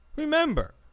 Remember